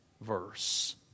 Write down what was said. verse